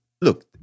look